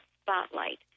spotlight